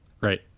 Right